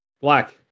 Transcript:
black